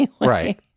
right